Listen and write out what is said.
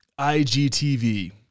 IGTV